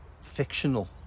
fictional